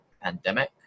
pandemic